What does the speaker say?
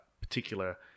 particular